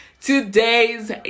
today's